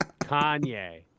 kanye